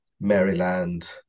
Maryland